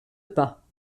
pas